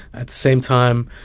at the same time,